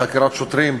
המחלקה לחקירות שוטרים,